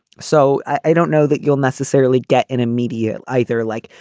so i don't know that you'll necessarily get an immediate either. like,